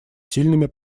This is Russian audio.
сильными